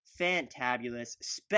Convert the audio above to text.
fantabulous